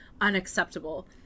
unacceptable